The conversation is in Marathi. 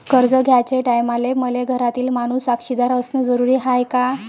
कर्ज घ्याचे टायमाले मले घरातील माणूस साक्षीदार असणे जरुरी हाय का?